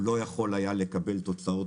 הוא לא יכול היה לקבל תוצאות,